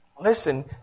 Listen